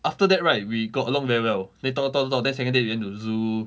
after that right we got along very well then talk talk talk talk then second date we went to the zoo